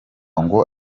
ngo